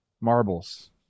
marbles